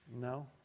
No